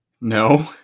No